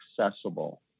accessible